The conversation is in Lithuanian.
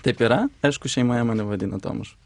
taip yra aišku šeimoje mane vadina tomaš